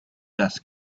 dust